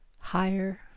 higher